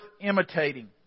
imitating